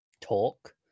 talk